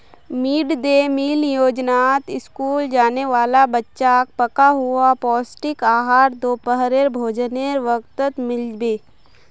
mid day meal योजनात school जाने वाला बच्चाक पका हुआ पौष्टिक आहार दोपहरेर भोजनेर वक़्तत मिल बे